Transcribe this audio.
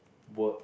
work